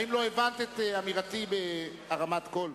האם לא הבנת את אמירתי בהרמת קול?